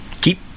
keep